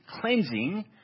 cleansing